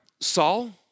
Saul